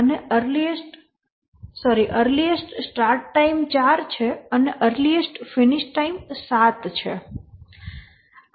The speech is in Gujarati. અને અહીં અર્લીએસ્ટ સ્ટાર્ટ ટાઈમ 4 છે અને અર્લીએસ્ટ ફિનિશ ટાઈમ 7 છે